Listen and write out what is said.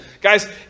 Guys